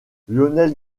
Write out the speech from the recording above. lionel